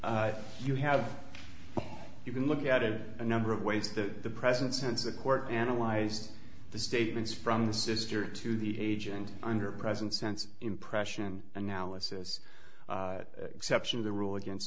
have you have you can look at it a number of ways that the president sense the court analyzed the statements from the sister to the agent under present sense impression analysis exception of the rule against